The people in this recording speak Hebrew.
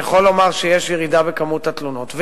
אני יכול לומר שיש ירידה בכמות התלונות.